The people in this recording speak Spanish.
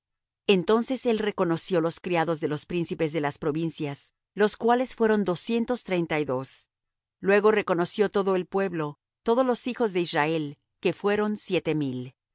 entonces él reconoció los criados de los príncipes de las provincias los cuales fueron doscientos treinta y dos luego reconoció todo el pueblo todos los hijos de israel que fueron siete mil y